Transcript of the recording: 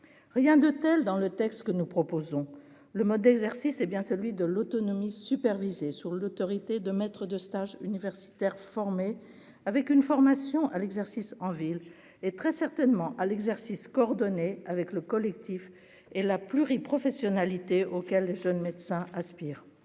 rien de tel dans le texte que nous proposons le mode d'exercice, hé bien, celui de l'autonomie supervisée sur l'autorité de maître de stage universitaires formé avec une formation à l'exercice en ville et très certainement à l'exercice coordonné avec le collectif et la pluri-professionnalité auquel les jeunes médecins Aspire